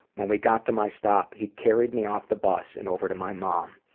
when we got to my stop, he carried me off the bus and over to my mom.